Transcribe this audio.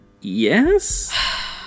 yes